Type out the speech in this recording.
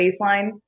baseline